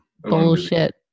Bullshit